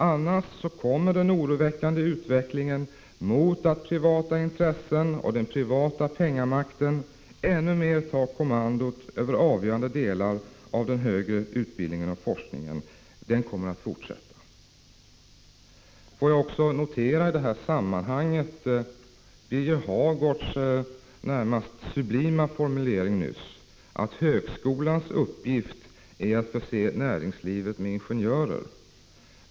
Annars får vi se en fortsättning på den oroväckande utvecklingen mot att privata intressen och den privata pengamakten ännu mer tar kommandot över avgörande delar av den högre utbildningen och forskningen. Får jag också i detta sammanhang notera Birger Hagårds närmast sublima formulering nyss, att högskolans uppgift är att förse näringslivet med ingenjörer.